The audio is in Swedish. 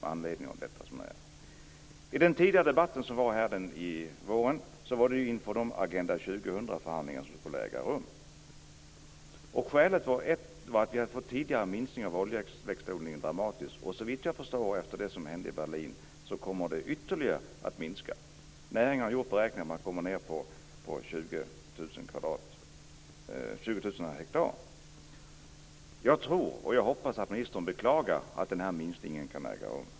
Den tidigare debatten nu i vår fördes inför de Skälet var att vi hade fått en dramatisk minskning av oljeväxtodlingen, och såvitt jag förstår kommer den att minska ytterligare efter det som hände i Berlin. Näringen har beräknat att man kommer ned till 20 000 hektar. Jag tror och hoppas att ministern beklagar att den minskningen kan äga rum.